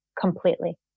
completely